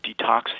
detox